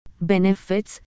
benefits